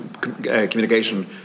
communication